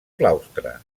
claustre